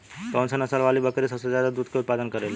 कौन से नसल वाली बकरी सबसे ज्यादा दूध क उतपादन करेली?